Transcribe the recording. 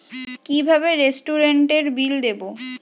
কিভাবে রেস্টুরেন্টের বিল দেবো?